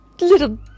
little